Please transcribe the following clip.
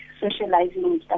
socializing